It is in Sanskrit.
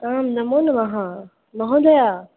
आम् नमोनमः महोदया